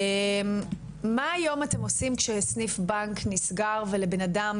מה היום אתם עושים כשסניף בנק נסגר ולבנאדם